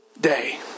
day